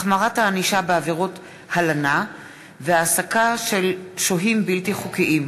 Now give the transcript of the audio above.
(החמרת הענישה בעבירות הלנה והעסקה של שוהים בלתי חוקיים),